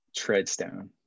Treadstone